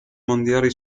mondiali